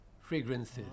fragrances